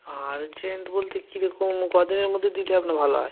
urgent বলতে কী রকম ক দিনের মধ্যে দিলে আপনার ভালো হয়